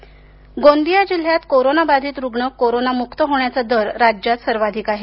corona Gondia जिल्ह्यात कोरोनाबाधित रुग्ण कोरोनामुक्त होण्याचा दर राज्यात सर्वाधिक आहे